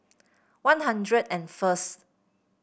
One Hundred and first